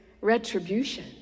retribution